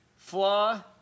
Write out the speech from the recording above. Flaw